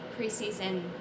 preseason